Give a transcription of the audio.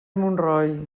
montroi